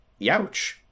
youch